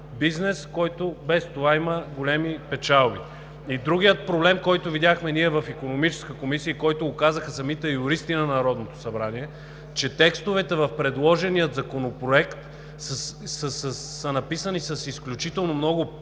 бизнеса, който и без това има големи печалби. Другия проблем, който видяхме ние в Икономическата комисия и който го казаха самите юристи на Народното събрание, че текстовете в предложения законопроект са написани с изключително много пропуски,